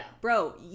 Bro